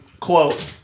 quote